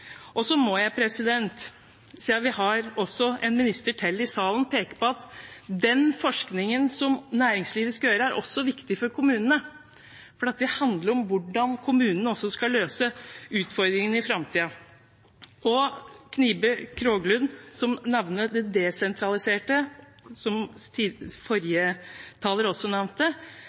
Jeg må, siden vi har en minister til i salen, peke på at den forskningen som næringslivet skal gjøre, også er viktig for kommunene, for det handler også om hvordan kommunene skal løse utfordringene i framtiden. Knibe Kroglund nevner det desentraliserte – som forrige taler også nevnte